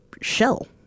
Shell